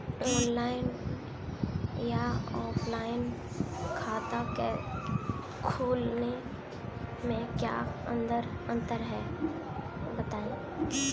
Online या offline खाता खोलने में क्या अंतर है बताएँ?